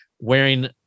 wearing